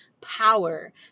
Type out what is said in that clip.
power